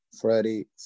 Freddie